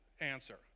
answer